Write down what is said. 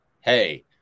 hey